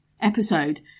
episode